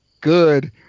good